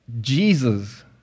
Jesus